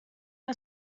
que